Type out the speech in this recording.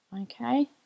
okay